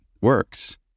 works